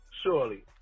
Surely